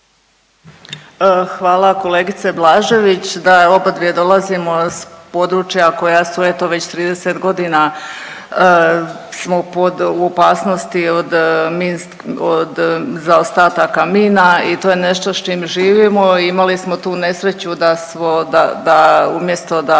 Hvala kolegice Blažević. Da, obadvije dolazimo s područja koja su, eto, već 30 godina smo pod u opasnosti od minski, od zaostataka mina i to je nešto s čim živimo. Imali smo tu nesreću da smo, da